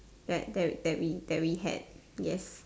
that that that we that we had yes